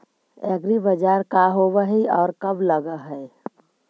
एग्रीबाजार का होब हइ और कब लग है?